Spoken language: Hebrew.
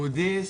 יהודי,